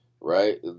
Right